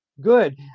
good